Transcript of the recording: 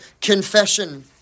confession